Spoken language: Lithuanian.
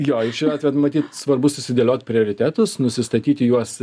jo šiuo atveju matyt svarbu susidėliot prioritetus nusistatyti juos